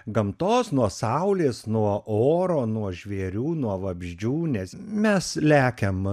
gamtos nuo saulės nuo oro nuo žvėrių nuo vabzdžių nes mes lekiam